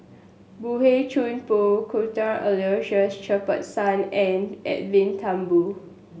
Boey Chuan Poh Cuthbert Aloysius Shepherdson and Edwin Thumboo